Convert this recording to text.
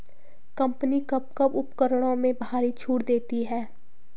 Company कब कब उपकरणों में भारी छूट देती हैं?